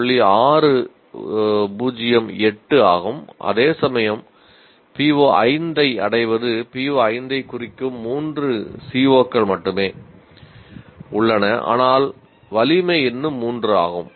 608 ஆகும் அதேசமயம் PO5 ஐ அடைவது PO5 ஐக் குறிக்கும் 3 COகள் மட்டுமே உள்ளன ஆனால் வலிமை இன்னும் 3 ஆகும்